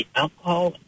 alcohol